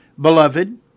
Beloved